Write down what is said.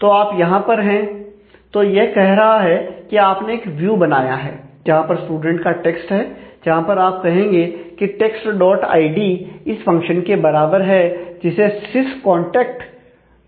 तो आप यहां पर हैं तो यह कह रहा है कि आपने एक व्यू बनाया है जहां पर स्टूडेंट का टेक्स्ट है जहां पर आप कहेंगे कि टेक्स्ट डॉट आईडी कहा जाता है